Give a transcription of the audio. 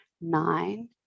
nine